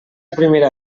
primera